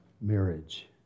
marriage